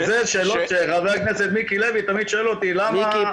שזה שאלות שחבר הכנסת מיקי לוי תמיד שואל אותי --- אשריך.